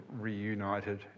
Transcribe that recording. reunited